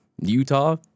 Utah